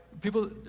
people